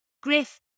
Griff